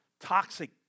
toxic